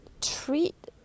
treat